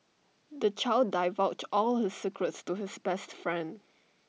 the child divulged all his secrets to his best friend